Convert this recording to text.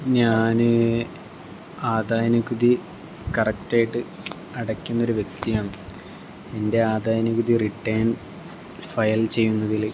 ഞാൻ ആദായനികുതി കറക്റ്റ് ആയിട്ട് അടയ്ക്കുന്ന ഒരു വ്യക്തിയാണ് എൻ്റെ ആദായനികുതി റിട്ടേൺ ഫയൽ ചെയ്യുന്നതിൽ